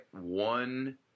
one